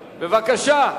בבקשה.